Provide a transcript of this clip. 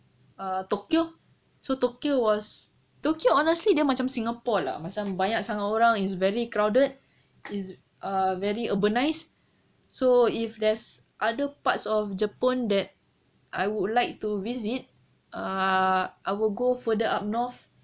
uh tokyo so tokyo was tokyo honestly dia macam singapore lah macam banyak sangat orang it's very crowded it's a very urbanized so if there's other parts of jepun that I would like to visit err I will go further up north